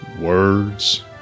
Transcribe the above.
words